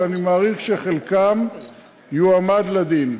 אבל אני מעריך שחלקם יועמד לדין.